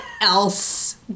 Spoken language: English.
else